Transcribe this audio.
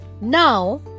Now